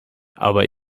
aber